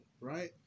right